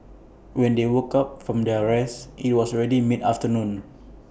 when they woke up from their rest IT was already mid afternoon